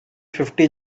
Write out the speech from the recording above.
fifty